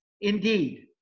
indeed